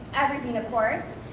everything of course.